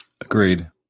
Agreed